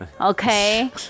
okay